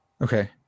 Okay